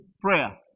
prayer